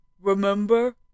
remember